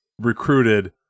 recruited